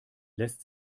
lässt